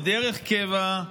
בדרך קבע,